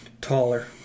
Taller